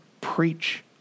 Preach